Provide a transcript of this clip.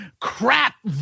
crap